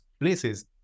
places